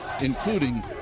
including